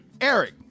Eric